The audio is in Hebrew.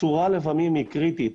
הצורה היא לפעמים קריטית.